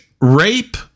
rape